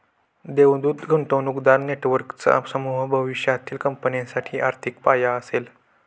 देवदूत गुंतवणूकदार नेटवर्कचा समूह भविष्यातील कंपन्यांसाठी आर्थिक पाया असेल